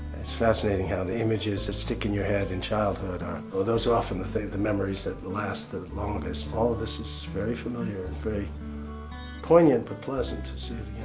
it's fascinating how the images that stick in your head in childhood are, those are often the the memories that last the longest. all this is very familiar, very poignant but pleasant to see it